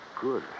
Good